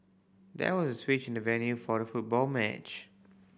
there was switch in the venue for the football match